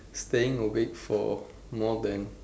staying awake for more than